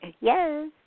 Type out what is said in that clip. Yes